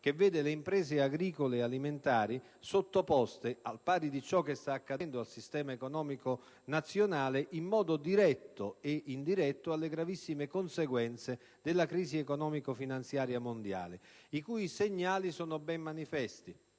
che vede le imprese agricole e alimentari sottoposte, al pari di ciò che sta accadendo al sistema economico nazionale, in modo diretto e indiretto alle gravissime conseguenze della crisi economico-finanziaria mondiale, i cui segnali sono ben manifesti: